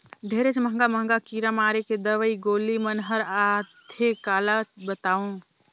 ढेरेच महंगा महंगा कीरा मारे के दवई गोली मन हर आथे काला बतावों